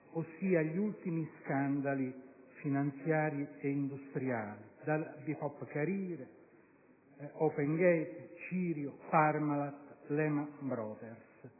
ossia agli ultimi scandali finanziari e industriali, Bipop Carire, Opengate, Cirio, Parmalat, Lehman Brothers.